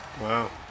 Wow